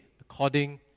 according